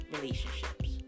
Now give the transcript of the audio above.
Relationships